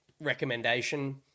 recommendation